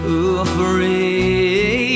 afraid